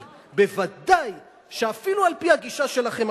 אבל ודאי שאפילו הגישה שלכם,